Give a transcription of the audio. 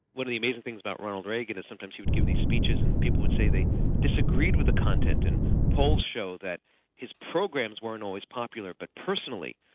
one of the amazing things about ronald reagan is sometimes he'd give these speeches and people would say they disagreed with the content and polls show that his programs weren't always popular, but personally,